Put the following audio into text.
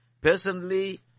Personally